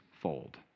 fold